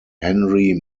henry